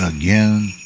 again